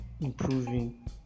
improving